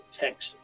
Texas